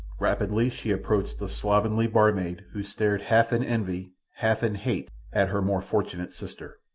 rapidly she approached the slovenly barmaid who stared half in envy, half in hate, at her more fortunate sister.